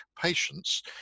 patients